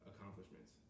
accomplishments